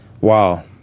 wow